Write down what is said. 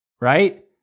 right